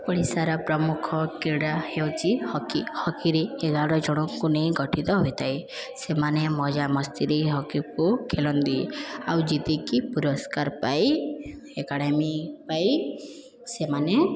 ଓଡ଼ିଶାର ପ୍ରମୁଖ କ୍ରୀଡ଼ା ହେଉଛି ହକି ହକିରେ ଏଗାର ଜଣଙ୍କୁ ନେଇ ଗଠିତ ହୋଇଥାଏ ସେମାନେ ମଜା ମସ୍ତିରେ ହକିକୁ ଖେଳନ୍ତି ଆଉ ଜିତିକି ପୁରସ୍କାର ପାଇ ଏକାଡ଼େମୀ ପାଇ ସେମାନେ